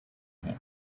him